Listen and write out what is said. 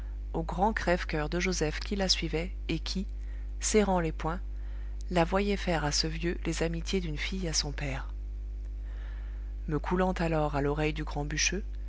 au grand crève-coeur de joseph qui la suivait et qui serrant les poings la voyait faire à ce vieux les amitiés d'une fille à son père me coulant alors à l'oreille du grand bûcheux